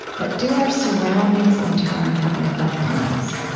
but do our surroundings in turn have an effect on us?